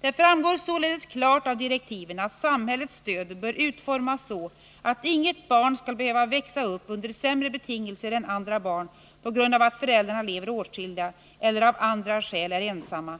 Det framgår således klart av direktiven att samhällets stöd bör utformas så, att inget barn skall behöva växa upp under sämre betingelser än andra barn på grund av att föräldrarna lever åtskilda eller av andra skäl är ensamma.